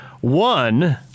One